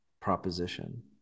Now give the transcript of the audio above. proposition